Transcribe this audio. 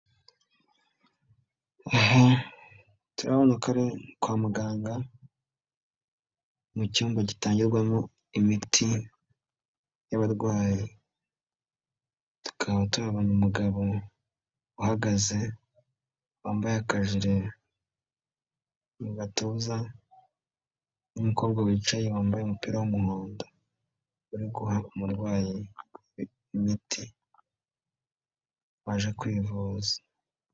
Aha turabona ko ari kwa muganga, mu cyumba gitangirwamo imiti y'abarwayi. Tukaba tubona umugabo uhagaze wambaye akajire mu gatuza n'umukobwa wicaye wambaye umupira w'umuhondo. Uri guha umurwayi imiti waje kwivuza.